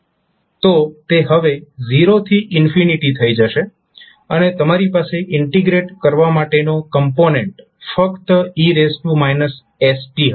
તો તે હવે 0 થી થઈ જશે અને તમારી પાસે ઇન્ટિગ્રેટ કરવા માટેનો કોમ્પોનેન્ટ ફક્ત e st હશે